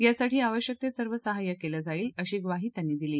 यासाठी आवश्यक ते सर्व सहाय्य केलं जाईल अशी ग्वाही त्यांनी दिली